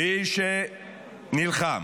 מי שנלחם